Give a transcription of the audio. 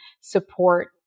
support